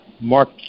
Mark